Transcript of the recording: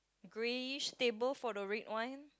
greyish table for the red wine